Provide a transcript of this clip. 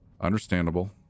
Understandable